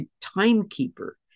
timekeeper